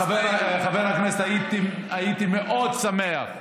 חבר הכנסת, הייתי מאוד שמח,